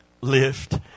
lift